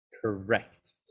Correct